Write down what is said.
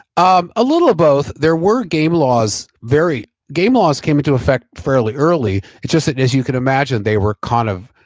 um a little of both. there were game laws, very, game laws came into effect fairly early. it's just that as you can imagine, they were kind of,